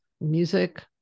music